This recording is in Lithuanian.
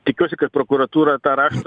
tikiuosi kad prokuratūra tą raštą